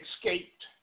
escaped